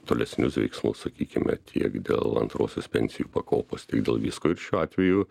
tolesnius veiksmus sakykime tiek dėl antrosios pensijų pakopos tiek dėl visko ir šiuo atveju